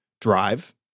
drive